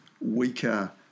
Weaker